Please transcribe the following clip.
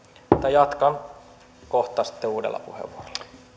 jatkan kohta sitten uudella